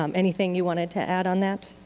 um anything you wanted to add on that?